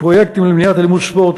פרויקטים למניעות אלימות בספורט,